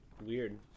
weird